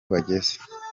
bageze